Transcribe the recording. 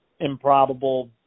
improbable